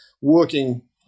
working